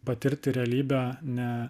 patirti realybę ne